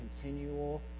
continual